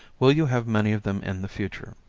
will you have many of them in the future?